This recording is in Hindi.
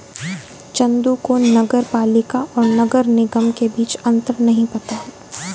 चंदू को नगर पालिका और नगर निगम के बीच अंतर नहीं पता है